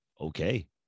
okay